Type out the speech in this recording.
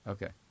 Okay